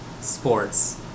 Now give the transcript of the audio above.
sports